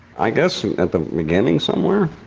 i guess at the beginning, somewhere,